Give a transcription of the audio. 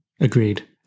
Agreed